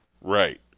Right